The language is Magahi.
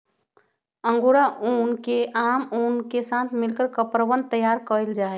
अंगोरा ऊन के आम ऊन के साथ मिलकर कपड़वन तैयार कइल जाहई